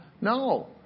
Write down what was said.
No